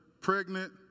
pregnant